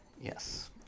Yes